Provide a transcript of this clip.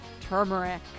turmeric